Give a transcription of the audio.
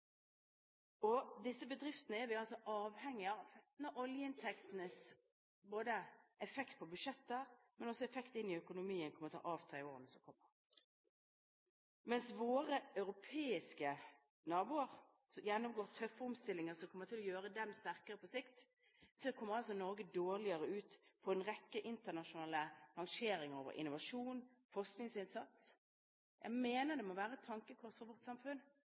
Og disse bedriftene er vi altså avhengige av når oljeinntektenes effekt ikke bare på budsjetter, men også på økonomien, kommer til å avta i årene som kommer. Mens våre europeiske naboer gjennomgår tøffe omstillinger som kommer til å gjøre dem sterkere på sikt, kommer altså Norge dårligere ut på en rekke internasjonale rangeringer over innovasjon og forskningsinnsats. Jeg mener det må være et tankekors for vårt samfunn